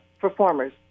performers